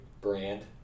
brand